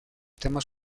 temas